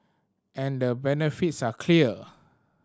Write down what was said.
and the benefits are clear